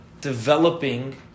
developing